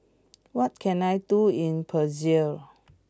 what can I do in Brazil